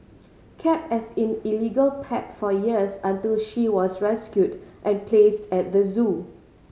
kept as in illegal pet for years until she was rescued and placed at the zoo